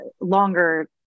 longer